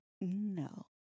no